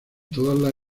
todas